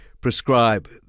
prescribe